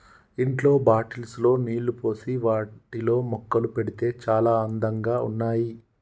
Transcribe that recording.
ఇంట్లో బాటిల్స్ లో నీళ్లు పోసి వాటిలో మొక్కలు పెడితే చాల అందంగా ఉన్నాయి